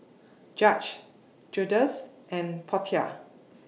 Judge Justus and Portia